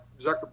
Zuckerberg